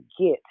get